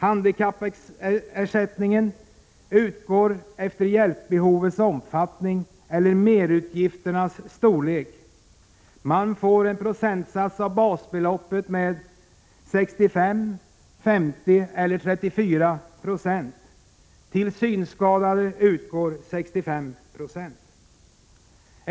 Handikappersättningen utgår efter hjälpbehovets omfattning eller merutgifternas storlek. Man får ersättning med en viss andel av basbeloppet: 65 96, 50 960 eller 34 20. Till synskadade utgår ersättning med 65 96 av basbeloppet.